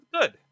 good